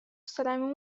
السلام